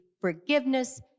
forgiveness